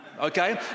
okay